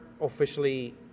officially